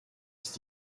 ist